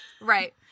Right